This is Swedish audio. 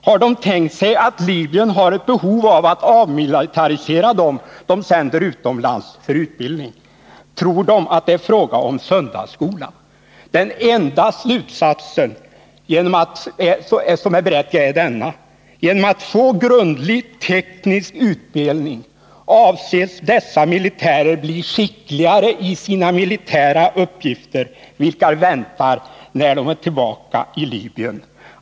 Hade de tänkt sig att Libyen skulle ha ett behov av att avmilitarisera den personal man sänder utomlands för utbildning? Tror de att det är fråga om söndagsskola? Den enda slutsatsen som är berättigad är denna: Genom att de får grundlig teknisk utbildning avses dessa militärer bli skickligare i sina militära uppgifter, vilka väntar när de är tillbaka i Libyen.